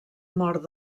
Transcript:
mort